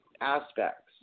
aspects